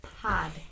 Pod